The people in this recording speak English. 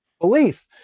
belief